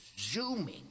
zooming